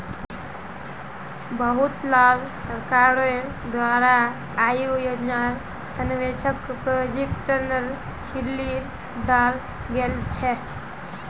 बहुतला सरकारोंर द्वारा आय योजनार स्वैच्छिक प्रकटीकरनेर खिल्ली उडाल गेल छे